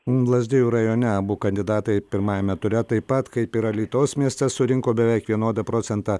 lazdijų rajone abu kandidatai pirmajame ture taip pat kaip ir alytaus mieste surinko beveik vienodą procentą